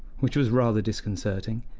which was rather disconcerting.